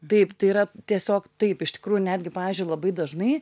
taip tai yra tiesiog taip iš tikrųjų netgi pavyzdžiui labai dažnai